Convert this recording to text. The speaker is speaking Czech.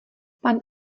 pan